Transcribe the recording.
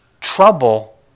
trouble